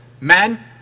men